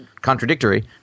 contradictory